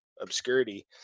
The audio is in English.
obscurity